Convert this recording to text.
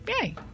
Yay